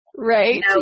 Right